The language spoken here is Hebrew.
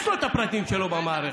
יש את הפרטים שלו במערכת.